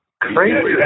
crazy